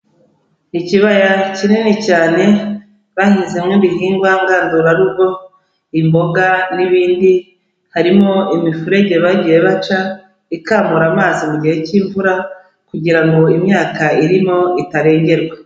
Ikibaya kinini cyane bahizemo ibihingwa ngandurarugo, imboga n'ibindi, harimo imifurege bagiye baca ikamura amazi mu gihe cy'imvura, kugira ngo imyaka irimo itarengerwa.